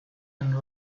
and